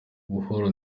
buhoro